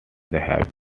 have